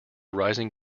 rising